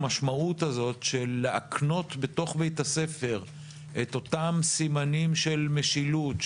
החשיבות הרבה הזאת של להקנות בתוך בית הספר את אותם סימנים של משילות,